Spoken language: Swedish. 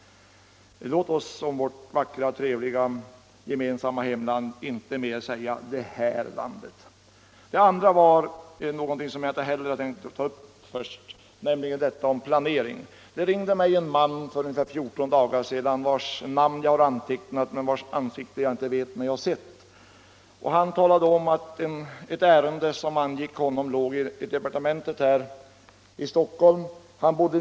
Låt oss slå vakt om vårt vackra och trevliga gemensamma hemland och inte mer säga ”det här landet”. Nästa ämne hade jag inte heller tänkt ta upp, nämligen planering. För ungefär fjorton dagar sedan ringde mig en man vars namn jag har antecknat men vars ansikte jag inte vet mig ha sett. Han talade om att ett ärende som angick honom låg i departementet här i Stockholm för avgörande.